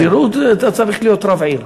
כשירות, אתה צריך להיות רב עיר.